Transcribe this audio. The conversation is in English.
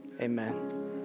amen